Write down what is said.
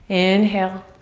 inhale.